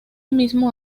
mismo